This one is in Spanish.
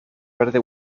verde